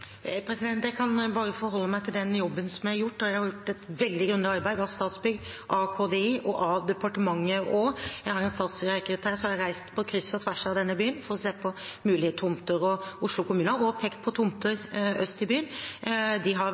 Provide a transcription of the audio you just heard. gjort, et veldig grundig arbeid, av Statsbygg, KDI og av departementet. Jeg har en statssekretær som har reist på kryss og tvers av denne byen for å se på mulige tomter. Oslo kommune har pekt på tomter øst i byen, de har